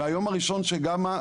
מהיום הראשון ש"גמא",